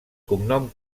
cognom